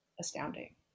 astounding